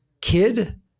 kid